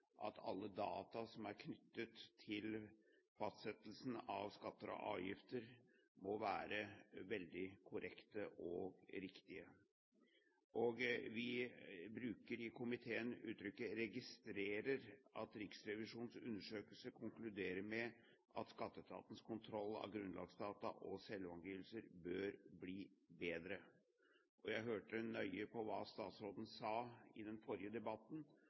at alle data som er knyttet til fastsettelsen av skatter og avgifter, selvfølgelig må være veldig korrekte og riktige. Vi bruker i komiteen uttrykket «registrerer at Riksrevisjonens undersøkelse konkluderer med at skatteetatens kontroll av grunnlagsdata og selvangivelser bør bli bedre». Jeg hørte nøye på hva statsråden sa i den forrige debatten,